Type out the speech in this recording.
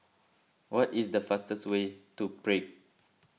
what is the fastest way to Prague